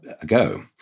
ago